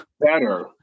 better